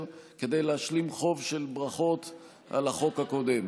כדי להשלים חוב של ברכות על החוק הקודם,